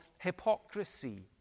hypocrisy